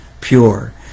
pure